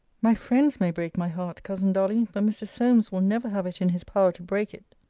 my friends may break my heart, cousin dolly but mr. solmes will never have it in his power to break it.